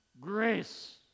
grace